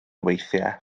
weithiau